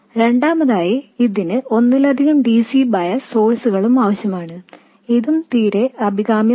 രണ്ടാമതായി ഇതിന് ഒന്നിലധികം dc ബയസ് സോഴ്സ്കളും ആവശ്യമാണ് ഇതും തീരെ അഭികാമ്യമല്ല